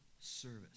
service